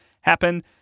happen